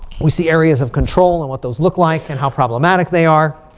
we see areas of control and what those look like and how problematic they are.